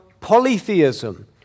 polytheism